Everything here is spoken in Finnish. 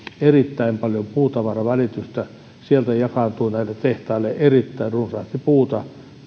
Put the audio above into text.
erittäin paljon puutavaravälitystä sieltä jakaantuu näille tehtaille erittäin runsaasti puuta